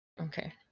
Okay